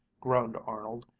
groaned arnold,